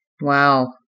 Wow